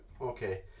okay